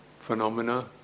phenomena